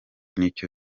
n’icyo